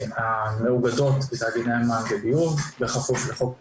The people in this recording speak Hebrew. המואגדות בתאגידי המים וביוב בכפוף לחוק --- טוב,